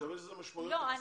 לא.